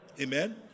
Amen